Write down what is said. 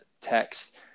text